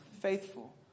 faithful